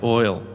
oil